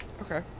Okay